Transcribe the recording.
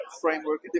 framework